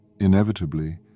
inevitably